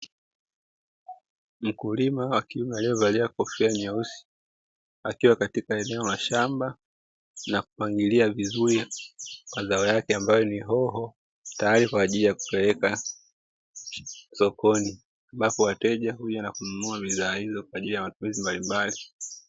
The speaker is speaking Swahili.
Mkulima wa kiume aliyevalia kofia nyeusi akiwa katika eneo la shamba na kupangilia vizuri mazao yake ambayo ni hoho tayari kwa kupeleka sokoni ambapo wateja huja na kununua bidhaa hizo kwa ajili ya matumizi mbalimbali.